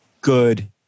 good